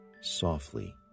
softly